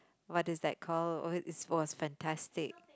what is that called it was fantastic